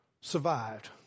survived